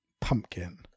Pumpkin